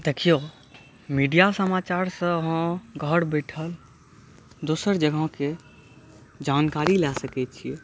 देखिऔ मीडिआ समाचारसँ अहाँ घर बैठल दोसर जगहके जानकारी लऽ सकै छी